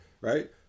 Right